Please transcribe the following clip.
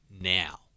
now